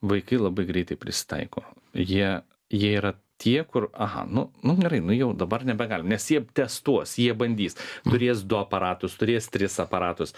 vaikai labai greitai prisitaiko jie jie yra tie kur aha nu nu gerai nu jau dabar nebegalim nes jie testuos jie bandys turės du aparatus turės tris aparatus